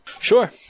Sure